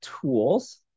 tools